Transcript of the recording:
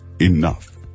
Enough